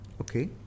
Okay